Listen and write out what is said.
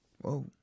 Whoa